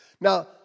Now